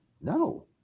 no